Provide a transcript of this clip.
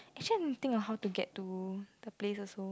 actually I didn't really think of how to get to the place also